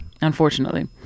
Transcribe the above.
Unfortunately